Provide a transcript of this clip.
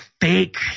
fake